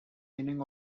meaning